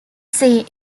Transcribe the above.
see